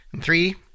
Three